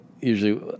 usually